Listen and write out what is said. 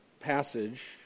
passage